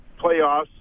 playoffs